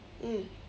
mm